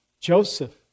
Joseph